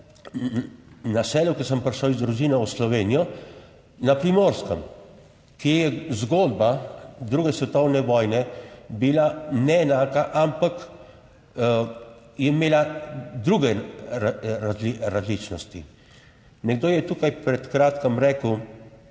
naselil, ko sem prišel iz družine v Slovenijo, na Primorskem, kjer je zgodba 2. svetovne vojne bila ne enaka, ampak je imela druge različnosti. Nekdo je tukaj pred kratkim rekel,